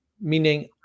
meaning